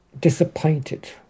disappointed